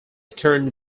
turn